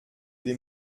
des